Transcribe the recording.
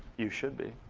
you should be.